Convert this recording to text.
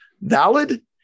valid